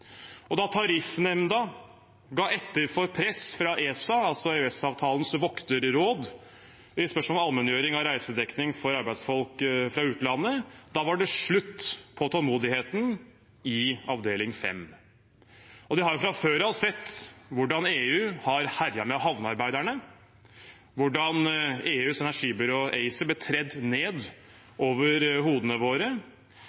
Da Tariffnemnda ga etter for press fra ESA, EØS-avtalens vokterråd, i spørsmålet om allmenngjøring av reisedekning for arbeidsfolk fra utlandet, var det slutt på tålmodigheten i Avdeling 5. De har fra før av sett hvordan EU har herjet med havnearbeiderne, hvordan EUs energibyrå, ACER, ble tredd